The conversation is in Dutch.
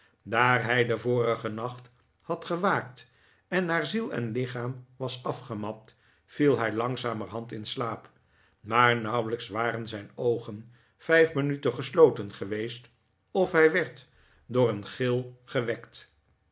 daar hij den vorigen nacht had gewaakt en naar ziel en lichaam was afgemat viel hij langzamerhand in slaap maar nauwelijks waren zijn oogen vijf minuten gesloten geweest of hij werd door een gil gewekt